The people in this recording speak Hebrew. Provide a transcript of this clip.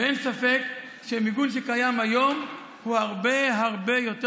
אין ספק שהמיגון שקיים היום הוא הרבה הרבה יותר